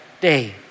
day